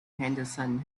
henderson